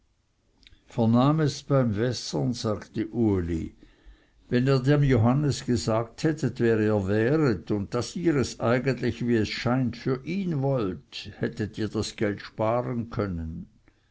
vernahm es beim wässern sagte uli wenn ihr dem johannes gesagt hättet wer ihr wäret und daß ihr es eigentlich wie es scheint für ihn wollt hättet ihr das geld sparen können